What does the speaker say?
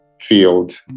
field